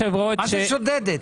מה זה שודדת?